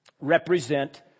represent